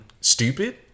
stupid